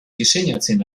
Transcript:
diseinatzen